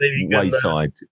wayside